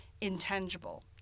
intangible